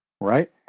Right